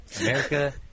America